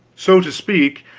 so to speak,